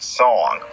song